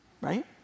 Right